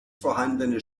vorhandene